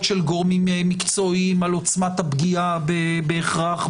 של גורמים מקצועיים על עוצמת הפגיעה בהכרח.